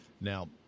Now